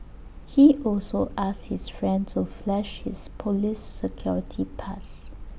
he also asked his friend to flash his Police security pass